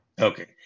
Okay